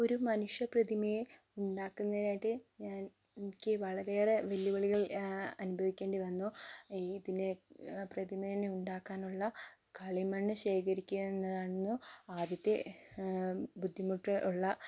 ഒരു മനുഷ്യ പ്രതിമയെ ഉണ്ടാക്കുന്നതിനായിട്ട് ഞാൻ എനിക്ക് വളരെയേറെ വെല്ലുവിളികൾ അനുഭവിക്കേണ്ടി വന്നു ഈ ഇതിനെ പ്രതിമേനെ ഉണ്ടാക്കാനുള്ള കളിമണ്ണ് ശേഖരിക്കുക എന്നതായിരുന്നു ആദ്യത്തെ ബുദ്ധിമുട്ട് ഉള്ള